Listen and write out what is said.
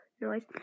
noise